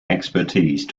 expertise